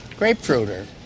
Grapefruiter